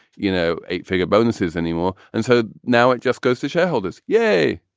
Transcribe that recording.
you know, eight figure bonuses anymore. and so now it just goes to shareholders. yay!